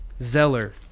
zeller